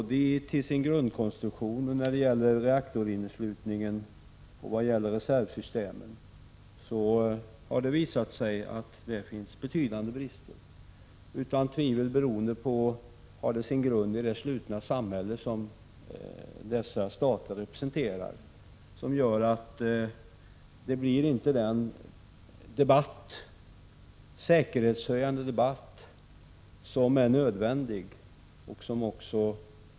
Det gäller både grundkonstruktion, reaktorinneslutningen och reservsystem där det har visat sig att det finns betydande brister. Utan tvivel har det sin grund i det slutna samhälle som dessa stater representerar att den säkerhets höjande debatt som är nödvändig inte kommer till stånd.